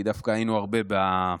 כי דווקא היינו הרבה בטרום-הוועדה,